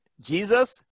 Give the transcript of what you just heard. Jesus